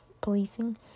policing